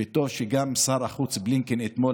וטוב ששר החוץ בלינקן אתמול,